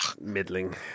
Middling